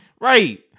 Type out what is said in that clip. right